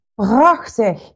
prachtig